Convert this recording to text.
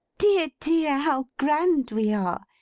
dear, dear, how grand we are.